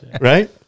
Right